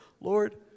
Lord